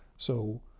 so,